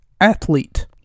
athlete